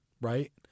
right